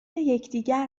یکدیگر